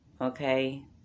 okay